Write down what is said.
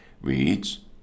reads